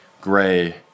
gray